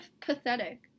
pathetic